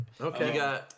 Okay